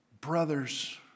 brothers